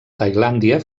tailàndia